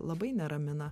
labai neramina